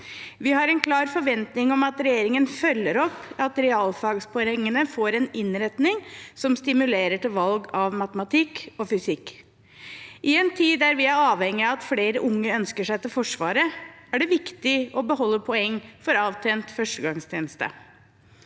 Vi har en klar forventning om at regjeringen følger opp at realfagspoengene får en innretning som stimulerer til valg av matematikk og fysikk. I en tid der vi er avhengig av at flere unge ønsker seg til Forsvaret, er det viktig å beholde poeng for avtjent førstegangstjeneste.